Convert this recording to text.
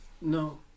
No